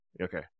Okay